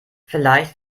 vielleicht